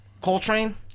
Coltrane